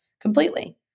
completely